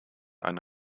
eine